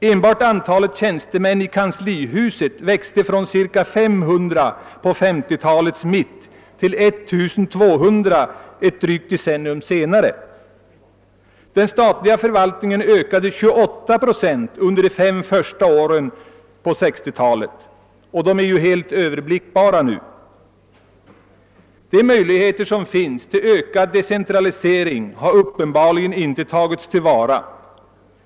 Enbart antalet tjänstemän i kanslihuset växte från cirka 500 på 1950-talets mitt till 1200 ett drygt decennium senare. Den statliga förvaltningen ökade med 28 procent under de fem första åren på 1960 talet — de är ju helt överblickbara nu. De möjligheter som finns till ökad decentralisering har uppenbarligen inte tagits till vara.